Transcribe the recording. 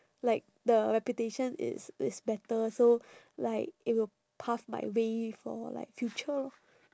like the reputation is is better so like it will path my way for like future lor